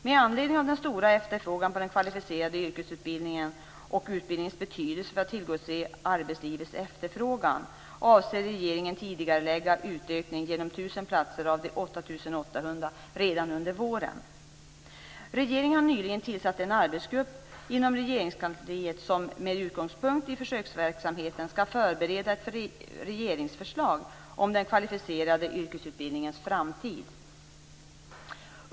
Med anledning av den stora efterfrågan på den kvalificerade yrkesutbildningen och utbildningens betydelse för att tillgodose arbetslivets efterfrågan avser regeringen tidigarelägga utökning genom 1 000 platser av de Regeringen har nyligen tillsatt en arbetsgrupp inom Regeringskansliet som med utgångspunkt i försöksverksamheten skall förbereda ett regeringsförslag om den kvalificerade yrkesutbildningens framtid.